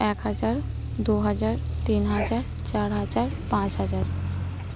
ᱮᱠ ᱦᱟᱡᱟᱨ ᱫᱩ ᱦᱟᱡᱟᱨ ᱛᱤᱱ ᱦᱟᱡᱟᱨ ᱪᱟᱨ ᱦᱟᱡᱟᱨ ᱯᱟᱸᱪ ᱦᱟᱡᱟᱨ